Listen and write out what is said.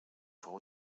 fou